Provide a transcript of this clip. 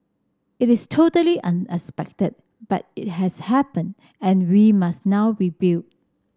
it is totally unexpected but it has happened and we must now rebuild